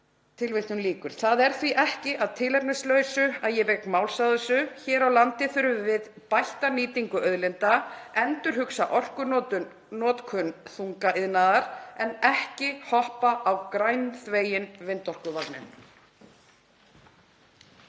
framtíð mannkyns.“ Það er því ekki að tilefnislausu að ég vek máls á þessu. Hér á landi þurfum við bætta nýtingu auðlinda, endurhugsa orkunotkun þungaiðnaðar en ekki hoppa á grænþveginn vindorkuvagninn.